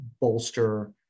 bolster